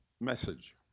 message